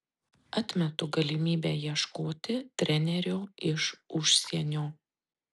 atmetu galimybę ieškoti trenerio iš užsienio